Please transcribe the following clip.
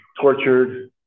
tortured